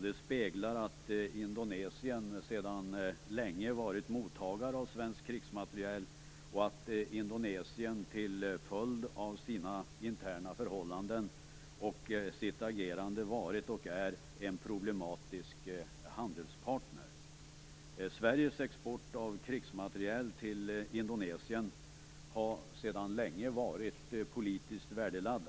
Det speglar att Indonesien sedan länge varit mottagare av svensk krigsmateriel och att Indonesien till följd av sina interna förhållanden och sitt agerande varit och är en problematisk handelspartner. Sveriges export av krigsmateriel till Indonesien har sedan länge varit politiskt värdeladdad.